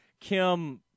Kim